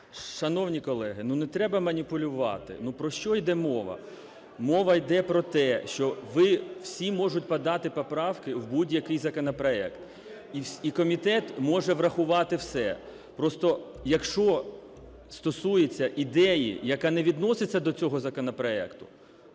Шановні колеги, ну не треба маніпулювати. Ну, про що іде мова? Мова іде про те, що ви всі можуть подати поправки в будь-який законопроект і комітет може врахувати все. Просто якщо стосується ідеї, яка не відноситься до цього законопроекту,